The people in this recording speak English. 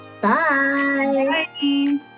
Bye